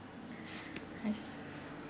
I see